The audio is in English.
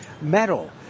metal